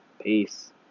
Peace